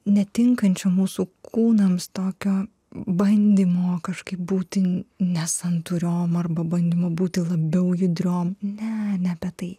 netinkančių mūsų kūnams tokio bandymo kažkaip būti ne santūriom arba bandymo būti labiau judriom ne apie tai